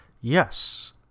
Yes